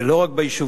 ולא רק ביישובים